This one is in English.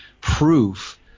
proof